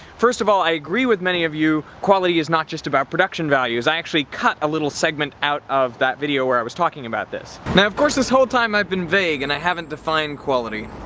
first of all, i agree with many of you, quality is not just about production values, i actually cut a little segment out of that video where i was talking about this. now of course this whole time i've been vague and i haven't defined quality.